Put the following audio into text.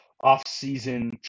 off-season